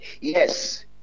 yes